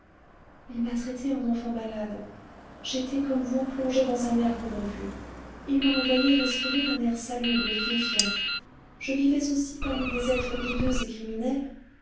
il m'a traitée en enfant malade j'étais comme vous plongée dans un air corrompu il m'a envoyé respirer un air salubre et vivifiant je vivais aussi parmi des êtres hideux et criminels